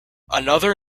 another